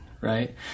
Right